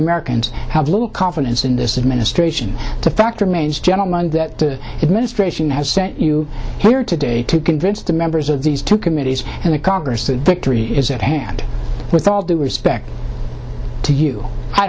americans have little confidence in this administration the fact remains gentlemen that the administration has sent you here today to convince the members of these two committees and the congress that victory is at hand with all due respect to you i